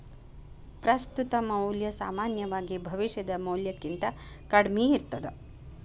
ಪ್ರಸ್ತುತ ಮೌಲ್ಯ ಸಾಮಾನ್ಯವಾಗಿ ಭವಿಷ್ಯದ ಮೌಲ್ಯಕ್ಕಿಂತ ಕಡ್ಮಿ ಇರ್ತದ